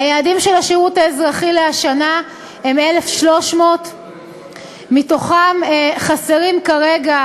היעדים של השירות האזרחי לשנה הם 1,300. מתוכם חסרים כרגע